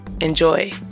Enjoy